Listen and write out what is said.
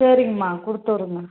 சரிங்கமா கொடுத்து விடுறேன்ம்மா